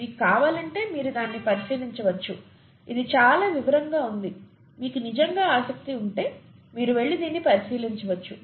మీకు కావాలంటే మీరు దానిని పరిశీలించవచ్చు ఇది చాలా వివరంగా ఉంది మీకు నిజంగా ఆసక్తి ఉంటే మీరు వెళ్లి దీనిని పరిశీలించవచ్చు